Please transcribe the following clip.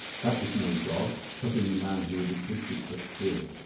that was no dog cut in the man who had exhibited such fear.